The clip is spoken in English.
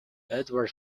edward